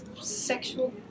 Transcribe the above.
sexual